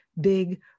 big